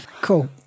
Cool